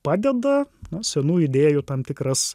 padeda na senų idėjų tam tikras